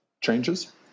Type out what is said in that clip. changes